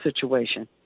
situation